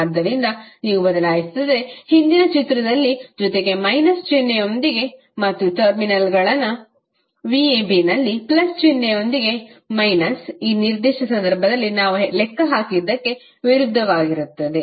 ಆದ್ದರಿಂದ ನೀವು ಬದಲಾಯಿಸಿದರೆ ಹಿಂದಿನ ಚಿತ್ರದಲ್ಲಿ ಜೊತೆಗೆ ಮೈನಸ್ ಚಿಹ್ನೆಯೊಂದಿಗೆ ಮತ್ತು ಟರ್ಮಿನಲ್ಗಳ vabನಲ್ಲಿ ಪ್ಲಸ್ ಚಿಹ್ನೆಯೊಂದಿಗೆ ಮೈನಸ್ ಈ ನಿರ್ದಿಷ್ಟ ಸಂದರ್ಭದಲ್ಲಿ ನಾವು ಲೆಕ್ಕಹಾಕಿದ್ದಕ್ಕೆ ವಿರುದ್ಧವಾಗಿರುತ್ತದೆ